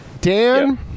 Dan